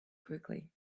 quickly